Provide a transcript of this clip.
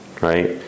right